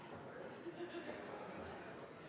se